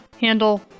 handle